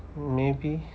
maybe